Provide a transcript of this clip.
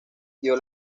dio